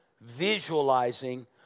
visualizing